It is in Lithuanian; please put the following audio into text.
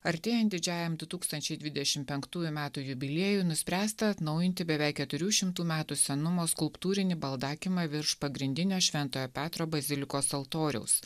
artėjant didžiajam du tūkstančiai dvidešim penktųjų metų jubiliejui nuspręsta atnaujinti beveik keturių šimtų metų senumo skulptūrinį baldakimą virš pagrindinio šventojo petro bazilikos altoriaus